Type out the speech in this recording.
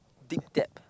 dig debt